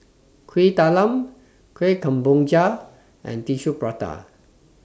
Kuih Talam Kueh Kemboja and Tissue Prata